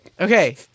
Okay